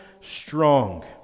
strong